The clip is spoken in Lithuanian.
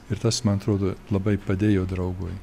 ir tas man atrodo labai padėjo draugui